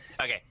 Okay